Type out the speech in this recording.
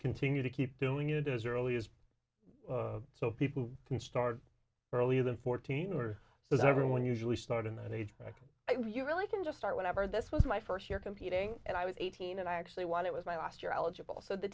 continue to keep doing it as early as so people can start earlier than fourteen or so that everyone usually start in an age where you really can just start whatever this was my first year competing and i was eighteen and i actually won it was my last year eligible so the